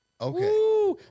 Okay